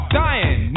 dying